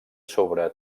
sobre